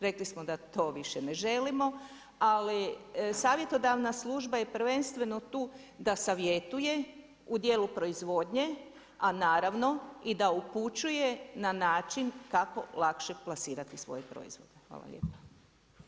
Rekli smo da to više ne želimo, ali savjetodavna služba je prvenstveno tu da savjetuje u dijelu proizvodnje, a naravno da upućuje na način kako lakše plasirati svoje proizvode.